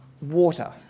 water